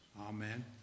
Amen